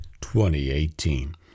2018